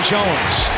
Jones